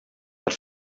but